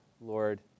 Lord